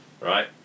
Right